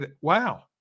wow